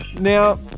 Now